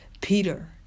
Peter